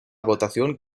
votación